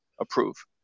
approve